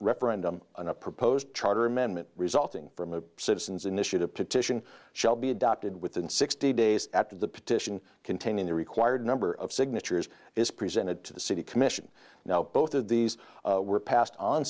referendum on a proposed charter amendment resulting from a citizens initiative petition shall be adopted within sixty days after the petition containing the required number of signatures is presented to the city commission now both of these were passed on